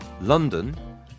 London